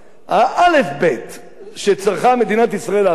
שצריכה מדינת ישראל לעשות זה לאסוף נתונים.